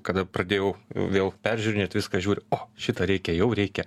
kada pradėjau vėl peržiūrinėt viską žiūriu o šitą reikia jau reikia